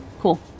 cool